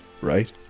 right